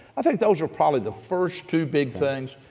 i think those are probably the first two big things.